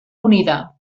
unida